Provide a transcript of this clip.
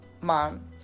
mom